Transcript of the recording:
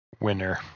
winner